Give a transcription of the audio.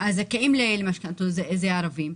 הזכאים למשכנתאות זה ערבים,